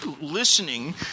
listening